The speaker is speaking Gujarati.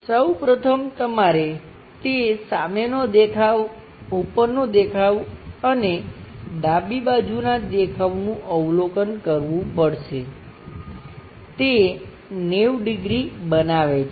સૌ પ્રથમ તમારે તે સામેનો દેખાવ ઉપરનો દેખાવ અને ડાબી બાજુનાં દેખાવનું અવલોકન કરવું પડશે તે 90 ડિગ્રી બનાવે છે